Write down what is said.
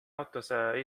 autosse